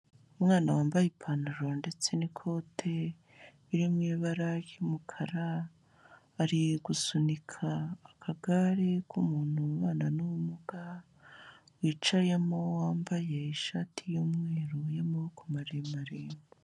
Umwana wambaye ipantaro ndetse n'ikote biri mu ibara ry'umukara, ari gusunika akagare k'umuntu ubana n'ubumuga, wicayemo wambaye ishati y'umweru y'amaboko maremare.